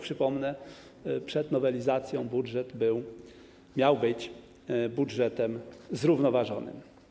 Przypomnę, że przed nowelizacją budżet miał być budżetem zrównoważonym.